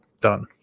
done